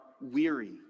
weary